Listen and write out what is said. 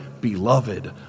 beloved